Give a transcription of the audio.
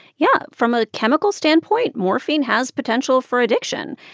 yeah. from a chemical standpoint, morphine has potential for addiction.